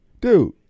Dude